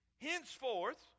henceforth